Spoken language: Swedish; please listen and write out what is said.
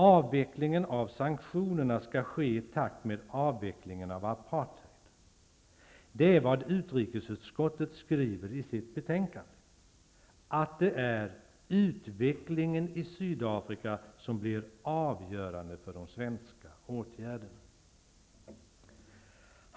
Avvecklingen av sanktionerna skall ske i takt med avvecklingen av apartheid. Det är vad utrikesutskottet skriver i sitt betänkande, att det är ''utvecklingen i Sydafrika som blir avgörande för de svenska åtgärderna''.